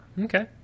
okay